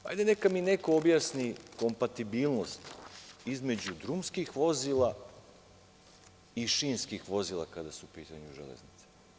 Hajde neka mi neko objasni kompatibilnost između drumskih vozila i šinskih vozila kada su u pitanju železnice.